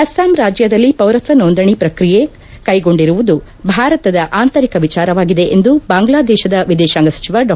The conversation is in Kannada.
ಅಸ್ಲಾಂ ರಾಜ್ಯದಲ್ಲಿ ಪೌರತ್ವ ನೋಂದಣಿ ಪ್ರಕ್ರಿಯೆ ಕೈಗೊಂಡಿರುವುದು ಭಾರದ ಆಂತರಿಕ ವಿಚಾರವಾಗಿದೆ ಎಂದು ಬಾಂಗ್ಲಾದೇಶದ ವಿದೇಶಾಂಗ ಸಚಿವ ಡಾ